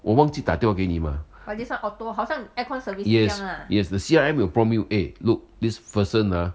我忘记打电话给你们 mah yes yes C_R_M will prompt you eh look this person ah